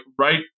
right